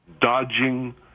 dodging